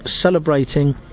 celebrating